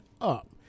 up